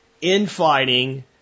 infighting